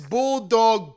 Bulldog